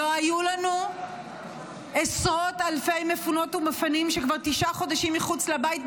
לא היו לנו עשרות אלפי מפונות ומפונים שכבר תשעה חודשים מחוץ לבית,